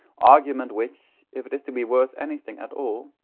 argument which, if it is to be worth anything at all,